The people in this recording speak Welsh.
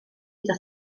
iddo